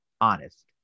Honest